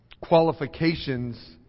qualifications